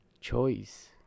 choice